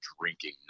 drinking